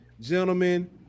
gentlemen